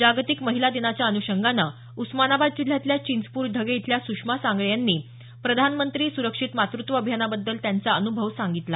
जागतिक महिला दिनाच्या अनुषंगानं उस्मानाबाद जिल्ह्यातल्या चिंचपूर ढगे इथल्या सुषमा सांगळे यांनी प्रधानंमत्री सुरक्षित मातृत्व अभियानाबद्दल त्यांचा अनुभव सांगितला